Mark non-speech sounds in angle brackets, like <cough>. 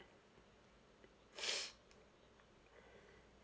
<noise>